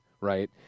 right